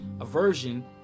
aversion